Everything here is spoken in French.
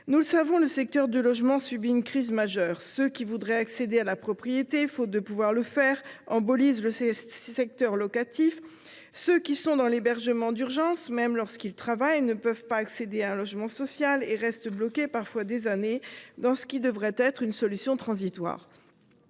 nous le savons, le secteur du logement subit une crise majeure. Ceux qui voudraient accéder à la propriété, faute de pouvoir le faire, embolisent le secteur locatif. Ceux qui sont dans l’hébergement d’urgence, même lorsqu’ils travaillent, ne peuvent pas accéder à un logement social et restent bloqués, parfois des années, dans ce qui devrait être une solution transitoire.